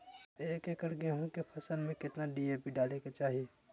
एक एकड़ गेहूं के फसल में कितना डी.ए.पी डाले के चाहि?